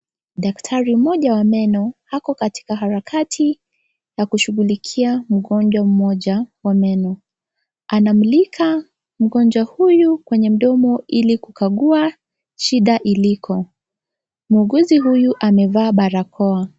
Daktari moja wa meno ako katika harakati ya kushughulikia mgonjwa mmoja wa meno anamulika mgonjwa huyu kwenye mdomo ili kukagua shida iliko, muuguzi huyu amevaa barakoa.